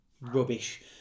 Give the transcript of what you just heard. rubbish